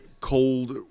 cold